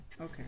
Okay